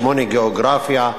שמונה בגיאוגרפיה,